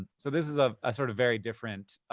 so this is a sort of very different,